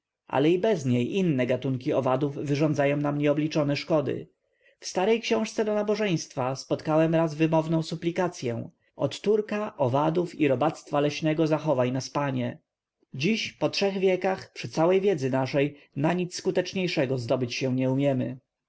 ale i bez niej inne gatunki owadów wyrządzają nam nieobliczone szkody w starej książce do nabożeństwa spotkałem raz wymowną suplikacyę od turka owadów i robactwa le śnego zachowaj nas panie dziś po trzech wiekach przy całej wiedzy naszej na nic skuteczniejszego zdobyć się nie umiemy